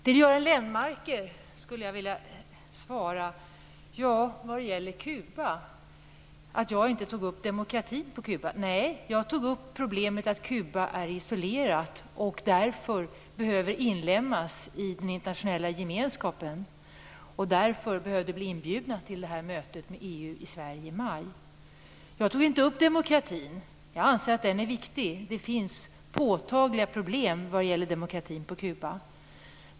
Till Göran Lennmarker skulle jag vilja säga vad gäller Kuba att jag inte tog upp demokratin i Kuba utan det problemet att Kuba är isolerat och därför behöver inlemmas i den internationella gemenskapen och inbjudas till mötet med EU i Sverige i maj. Jag tog inte upp demokratin även om jag anser att den frågan är viktig. Det finns påtagliga problem vad gäller demokratin i Kuba.